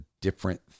different